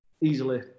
easily